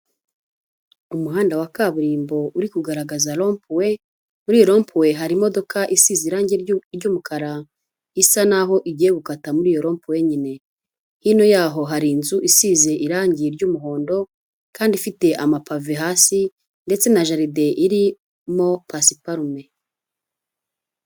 Umuhanda wa kaburimbo uri kugaragaza rompuwe, muri iyo rompuwe hari imodoka isize irangi ry'umukara isa naho igiye gukata muri iyo rompuwe nyine. Hino ya ho hari inzu isize irange ry'umuhondo, kandi ifite amapave hasi, ndetse na jaride iri mo pasuparume.